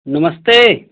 नमस्ते